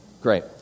Great